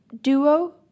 duo